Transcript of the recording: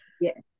Yes